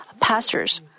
pastors